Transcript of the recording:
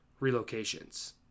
relocations